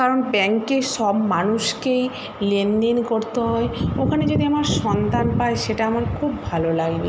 কারণ ব্যাংকের সব মানুষকেই লেনদেন করতে হয় ওখানে যদি আমার সন্তান পায় সেটা আমার খুব ভালো লাগবে